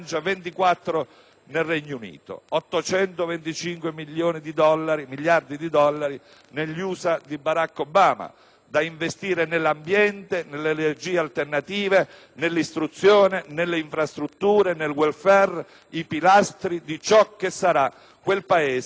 nel Regno Unito; 825 miliardi di dollari negli Stati Uniti d'America di Barack Obama, da investire nell'ambiente, nelle energie alternative, nell'istruzione, nelle infrastrutture, nel *welfare*, i pilastri di ciò che sarà quel Paese dopo la crisi.